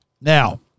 Now